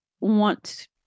want